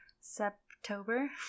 September